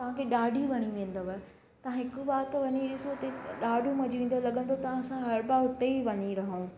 तव्हांखे ॾाढी वणी वेंदव तव्हां हिक बार त वञी ॾिसो तव्हां ॾाढो मजो ईंदव लॻंदव तव्हां असां हर बार उते ई वञी रहूं